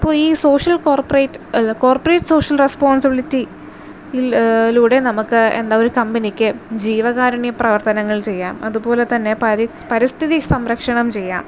അപ്പോൾ ഈ social corporate അല്ല കോർപ്പറേറ്റ് സോഷ്യൽ റെസ്പോൺസിബിളിറ്റി യിലൂടെ നമുക്ക് എന്താ ഒരു കമ്പനിക്ക് ജീവകാരുണ്യ പ്രവർത്തനങ്ങൾ ചെയ്യാം അതുപോലെ തന്നെ പരിസ് പരിസ്ഥിതി സംരക്ഷണം ചെയ്യാം